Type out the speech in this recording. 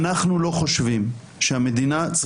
אם אנחנו לא ממצים היום את הדיון אז שבוע הבא התקנות